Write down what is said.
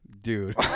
Dude